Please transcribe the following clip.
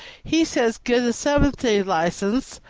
he says, get a seven-days license,